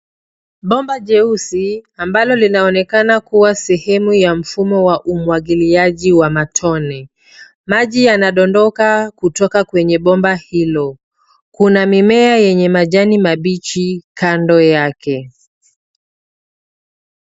Bomba jeusi ambalo linaonekana kuwa sehemu ya mfumo wa umuagiliaji wa matone. Maji yana dondoka kutoka kwenye bomba hilo. Kuna mimea yenye majani mabichi kando yake.